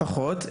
לפחות,